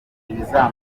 biravuna